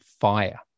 fire